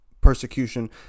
persecution